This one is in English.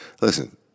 Listen